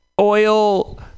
oil